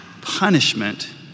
punishment